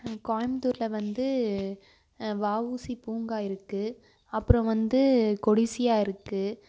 கோயமுத்தூர்ல வந்து வஉசி பூங்கா இருக்குது அப்பறம் வந்து கொடிசியாருக்குது